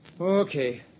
Okay